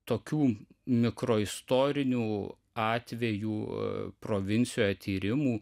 tokių mikroistorinių atvejų provincijoje tyrimų